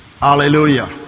hallelujah